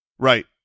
Right